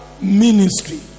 Ministry